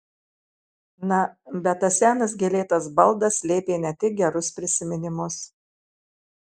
na bet tas senas gėlėtas baldas slėpė ne tik gerus prisiminimus